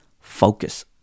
focus